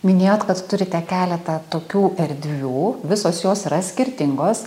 minėjot kad turite keletą tokių erdvių visos jos yra skirtingos